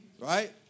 Right